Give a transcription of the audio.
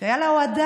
שהייתה לה הועדה,